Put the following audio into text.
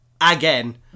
again